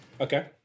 Okay